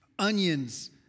Onions